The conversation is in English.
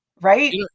Right